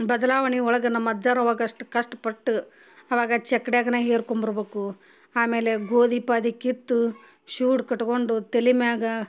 ಬದಲಾವಣೆಯೊಳಗೆ ನಮ್ಮ ಅಜ್ಜಾರು ಆವಾಗ ಅಷ್ಟು ಕಷ್ಟ ಪಟ್ಟು ಆವಾಗ ಚಕ್ದ್ಯಾಗನ ಹೇರ್ಕೊಂಬರಬೇಕು ಆಮೇಲೆ ಗೋದಿ ಪದಿ ಕಿತ್ತು ಶೂಡ್ ಕಟ್ಕೊಂಡು ತಲಿಮ್ಯಾಗ